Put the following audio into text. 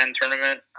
tournament